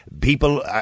People